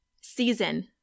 Season